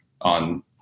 on